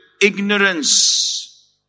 ignorance